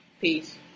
peace